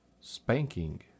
Spanking